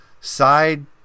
side